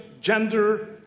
gender